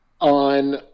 on